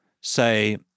say